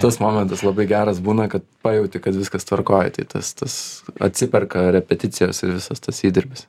tas momentas labai geras būna kad pajauti kad viskas tvarkoj tai tas tas atsiperka repeticijose ir visas tas įdirbis